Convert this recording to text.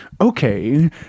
Okay